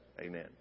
amen